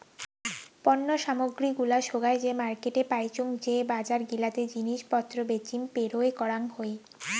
পণ্য সামগ্রী গুলা সোগায় যে মার্কেটে পাইচুঙ যে বজার গিলাতে জিনিস পত্র বেচিম পেরোয় করাং হই